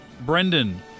Brendan